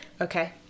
Okay